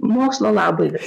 m mokslo labui